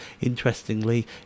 interestingly